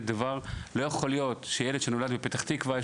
לא יכול להיות שלילד שנולד בפתח תקווה יש